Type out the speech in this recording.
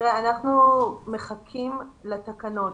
אנחנו מחכים לתקנות.